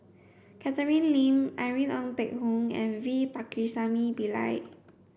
Catherine Lim Irene Ng Phek Hoong and V Pakirisamy Pillai